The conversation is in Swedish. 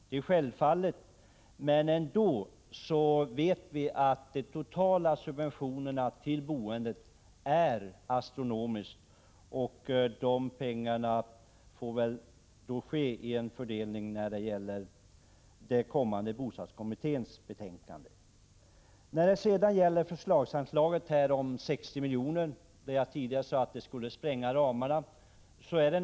Det är självklart, men vi vet ju att de totala subventionerna när det gäller boendet är astronomiskt stora. De pengar det här rör sig om får väl fördelas när bostadskommitténs betänkande är klart. Sedan till förslagsanslaget på 60 milj.kr. Jag sade tidigare att det skulle spränga ramarna.